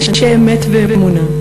אנשי אמת ואמונה,